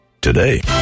Today